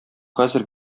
хәзер